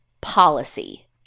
policy